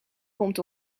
komt